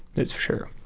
that's for sure.